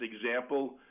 example